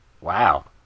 Wow